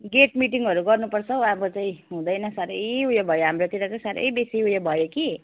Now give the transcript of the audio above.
get मिटिङहरू गर्नुपर्छ हौ अब चाहिँ हुँदैन साह्रै उयो भयो हाम्रोतिर चाहिँ साह्रै बेसी उयो भयो कि